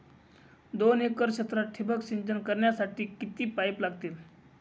दोन एकर क्षेत्रात ठिबक सिंचन करण्यासाठी किती पाईप लागतील?